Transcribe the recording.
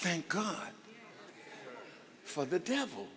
thank god for the devil